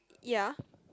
ya